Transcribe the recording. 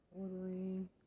ordering